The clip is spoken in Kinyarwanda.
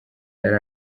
yari